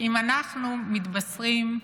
אם אנחנו מתבשרים,